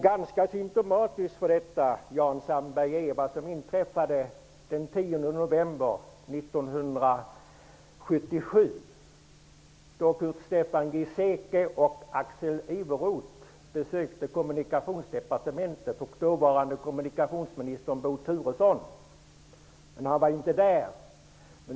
Ganska symtomatiskt för detta, Jan Sandberg, är vad som inträffade den 10 november 1977, då Curt Kommunikationsdepartementet men den dåvarande kommunikationsministern Bo Turesson inte var där.